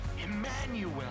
Emmanuel